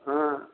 हँ